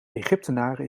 egyptenaren